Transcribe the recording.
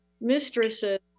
mistresses